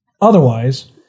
Otherwise